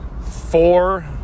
four